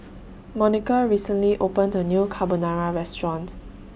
Monika recently opened A New Carbonara Restaurant